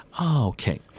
Okay